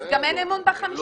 אז גם אין אמון ב-15.